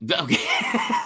okay